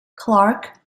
clark